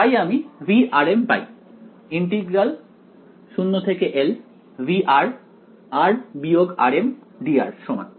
তাই আমি V পাই mdr সমান